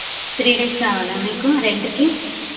three days కావాలా మీకు రెంట్కి